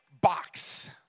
box